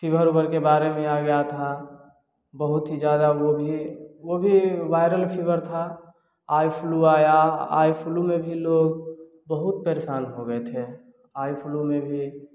fever ईवर के बारे में आ गया था बहुत ही ज़्यादा भी वह भी वायरल फीवर था आई फ्लू आया आई फ्लू में भी लोग बहुत परेशान हो गए थे आई फ्लू में भी